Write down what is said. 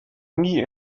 nie